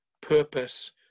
purpose